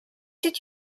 did